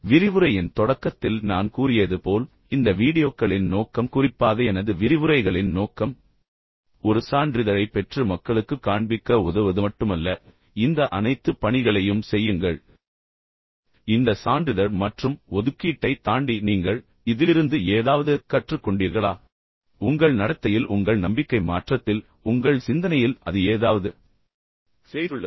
விரிவுரையின் தொடக்கத்தில் நான் கூறியது போல் இந்த வீடியோக்களின் நோக்கம் குறிப்பாக எனது விரிவுரைகளின் நோக்கம் ஒரு சான்றிதழைப் பெற்று மக்களுக்குக் காண்பிக்க உதவுவது மட்டுமல்ல இந்த அனைத்து பணிகளையும் செய்யுங்கள் ஆனால் இந்த சான்றிதழ் மற்றும் ஒதுக்கீட்டைத் தாண்டி நீங்கள் இதிலிருந்து ஏதாவது கற்றுக் கொண்டீர்களா உங்கள் நடத்தையில் உங்கள் நம்பிக்கை மாற்றத்தில் உங்கள் சிந்தனையில் அது ஏதாவது செய்துள்ளதா